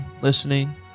listening